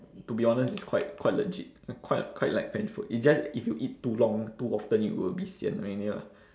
to be honest it's quite quite legit I quite quite like french food it's just if you eat too long too often you will be sian already lah